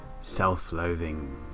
self-loathing